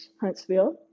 Huntsville